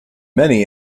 many